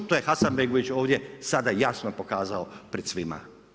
To je Hasanbegović ovdje sada jasno pokazao ovdje pred svima.